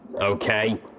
Okay